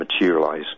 materialize